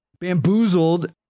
bamboozled